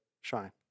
shine